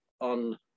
on